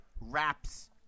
wraps